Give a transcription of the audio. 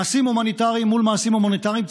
מעשים הומניטריים מול מעשים הומניטריים,